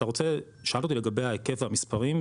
שאלת אותי לגבי ההיקף והמספרים,